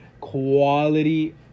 quality